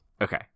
Okay